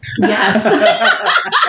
Yes